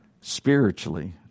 spiritually